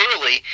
early